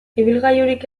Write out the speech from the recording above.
ibilgailurik